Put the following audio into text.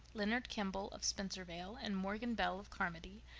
leonard kimball, of spencervale, and morgan bell, of carmody,